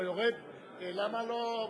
אדוני היושב-ראש,